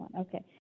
Okay